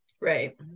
Right